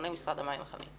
נציגת משרד התרבות והספורט,